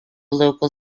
local